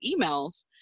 emails